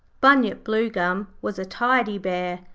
bunyip bluegum was a tidy bear,